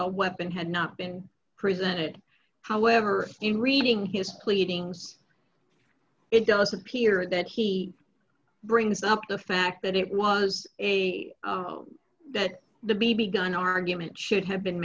a weapon had not been presented however in reading his pleadings it does appear that he brings up the fact that it was a that the b b gun argument should have been